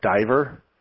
diver